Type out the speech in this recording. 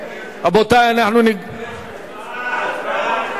רבותי, אנחנו ניגשים להצבעה.